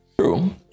True